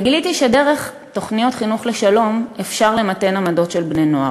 וגיליתי שדרך תוכניות חינוך לשלום אפשר למתן עמדות של בני-נוער,